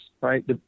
right